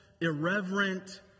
irreverent